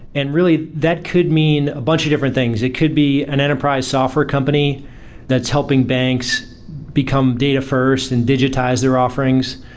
and really, that could mean a bunch of different things. it could be an enterprise software company that's helping banks become data first and digitize their offerings,